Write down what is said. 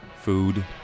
Food